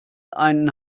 einen